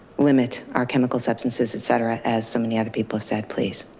limit our chemical substances etc as so many other people have said please.